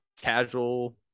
casual